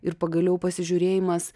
ir pagaliau pasižiūrėjimas